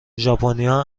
ژاپنیا